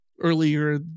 earlier